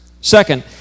Second